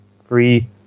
free